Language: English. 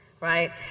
right